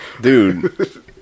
dude